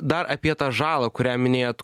dar apie tą žalą kurią minėjot